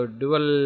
dual